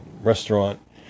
restaurant